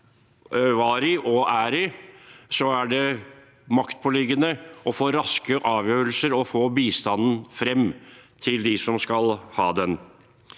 var og er i, er det maktpåliggende å få raske avgjørelser og bistanden frem til dem som skal ha den.